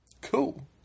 Cool